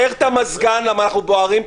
--- תקרר את המזגן למה אנחנו בוערים פה,